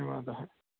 धन्यवादः